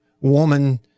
woman